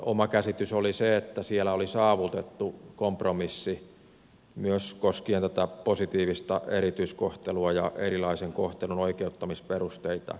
oma käsitykseni oli se että siellä oli saavutettu kompromissi myös koskien tätä positiivista erityiskohtelua ja erilaisen kohtelun oikeuttamisperusteita